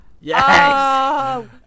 Yes